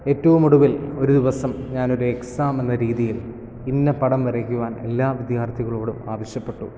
ഏറ്റവും ഒടുവിൽ ഒരു ദിവസം ഞാൻ ഒരു എക്സാം എന്ന രീതിയിൽ ഇന്ന പടം വരക്കുവാൻ എല്ലാ വിദ്യാർഥികളോടും ആവശ്യപ്പെട്ടു